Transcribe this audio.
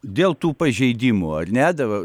dėl tų pažeidimų ar ne dabar